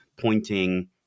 pointing